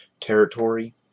Territory